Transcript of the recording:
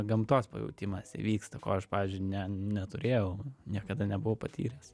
gamtos pajautimas įvyksta ko aš pavyzdžiui ne neturėjau niekada nebuvau patyręs